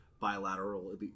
bilateral